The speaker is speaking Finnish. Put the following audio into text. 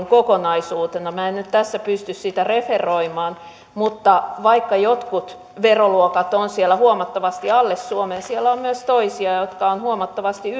kokonaisuutena minä en nyt tässä pysty sitä referoimaan mutta vaikka jotkut veroluokat ovat siellä huomattavasti alle suomen siellä on myös toisia jotka ovat huomattavasti